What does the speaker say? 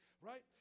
right